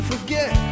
forget